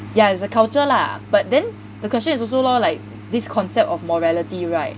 yeah it's a culture lah but then the question is also lor like this concept of morality right